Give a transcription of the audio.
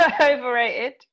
Overrated